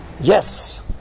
Yes